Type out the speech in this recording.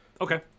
Okay